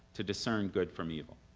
to discern good from evil.